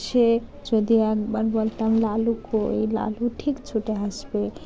সে যদি একবার বলতাম লালু কই লালু ঠিক ছুটে আসবে